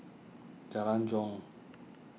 Jalan Jong